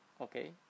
Okay